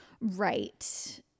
Right